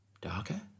darker